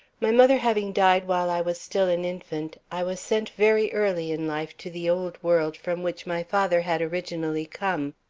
my mother having died while i was still an infant, i was sent very early in life to the old world, from which my father had originally come.